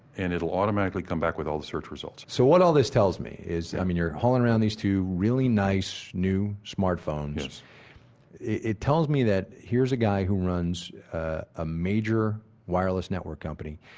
and it'll automatically come back with all the search results so what all this tells me i mean, you're hauling around these two really nice new smartphones it tells me that here's a guy who runs a major wireless network company.